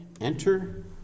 enter